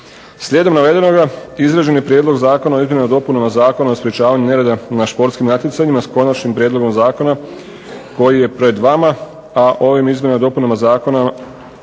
Slijedom navedenoga izrađen je Prijedlog zakona o izmjenama i dopunama Zakona o sprečavanju nereda na športskim natjecanjima s konačnim prijedlogom zakona koji je pred vama, a ovim izmjenama i dopunama zakona